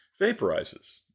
vaporizes